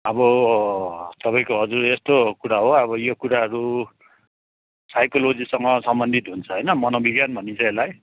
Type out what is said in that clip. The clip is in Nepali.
अब तपाईँको हजुर यस्तो कुरा हो अब यो कुराहरू साइकोलोजीसँग सम्बन्धित हुन्छ होइन मनोविज्ञान भनिन्छ यसलाई